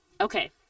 okay